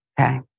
okay